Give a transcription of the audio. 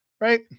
Right